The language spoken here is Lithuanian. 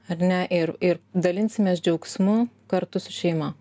ar ne ir ir dalinsimės džiaugsmu kartu su šeima